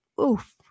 Oof